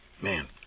Man